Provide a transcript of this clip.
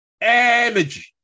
Energy